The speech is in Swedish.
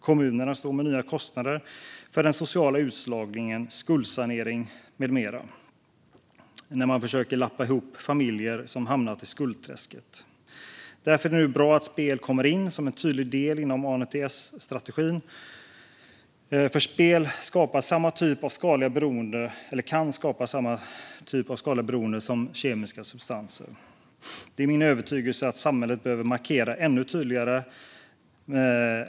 Kommunerna står med nya kostnader för den sociala utslagningen, skuldsanering med mera när man ska försöka lappa ihop familjer som hamnat i skuldträsket. Därför är det nu bra att spel kommer in som en tydlig del inom ANDTS-strategin, för spel kan skapa samma typ av skadligt beroende som kemiska substanser. Det är min övertygelse att samhället behöver markera ännu tydligare.